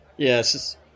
Yes